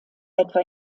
etwa